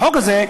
החוק הזה,